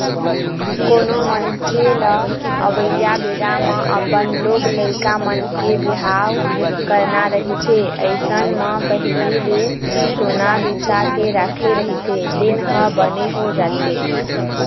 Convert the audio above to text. कोनो मनखे लअवइया बेरा म अपन लोग लइका मन के बिहाव करना रहिथे अइसन म पहिली ले सोना बिसा के राखे रहिथे तेन ह बने हो जाथे